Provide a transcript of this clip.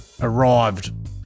arrived